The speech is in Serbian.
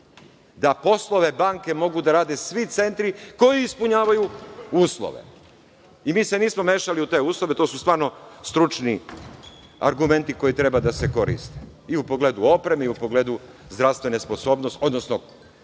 da poslove banke mogu da rade svi centri koji ispunjavaju uslove. Mi se nismo mešali u te uslove, to su stvarno stručni argumenti koji treba da se koriste, i u pogledu opreme i u pogledu zdravstvene odnosno